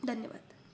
धन्यवाद